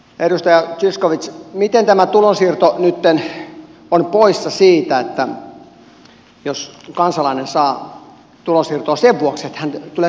edustaja zyskowicz miten tämä tulonsiirto nytten on poissa mistään jos kansalainen saa tulonsiirtoa sen vuoksi että hän tulee toimeen